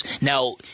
Now